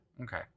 Okay